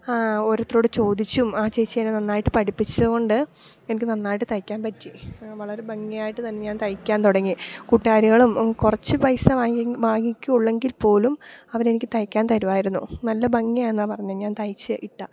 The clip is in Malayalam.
ഓരോരുത്തരോട് ചോദിച്ചും ആ ചേച്ചി എന്നെ നന്നായിട്ട് പഠിപ്പിച്ചതുകൊണ്ട് എനിക്ക് നന്നായിട്ട് തയ്ക്കാൻ പറ്റി വളരെ ഭംഗിയായിട്ട് തന്നെ ഞാൻ തയ്ക്കാൻ തുടങ്ങി കൂട്ടുകാരികളും കുറച്ച് പൈസ വാങ്ങിയെ വാങ്ങിക്കുള്ളു എങ്കിൽപ്പോലും അവരെനിക്ക് തയ്ക്കാൻ തരുമായിരുന്നു നല്ല ഭംഗിയാണെന്നാണ് പറഞ്ഞത് ഞാൻ തയ്ച്ച് ഇട്ടാൽ